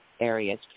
areas